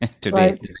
today